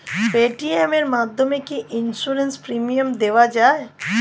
Paytm এর মাধ্যমে কি ইন্সুরেন্স প্রিমিয়াম দেওয়া যায়?